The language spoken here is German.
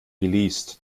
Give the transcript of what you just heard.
geleast